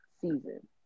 season